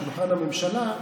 בשולחן הממשלה,